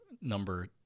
number